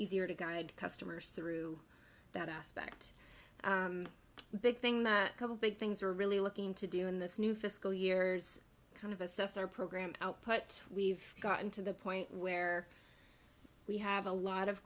easier to guide customers through that aspect big thing that couple big things are really looking to do in this new fiscal years kind of assess our program output we've gotten to the point where we have a lot of